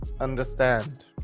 understand